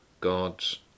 God's